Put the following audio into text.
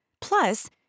Plus